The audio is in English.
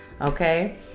okay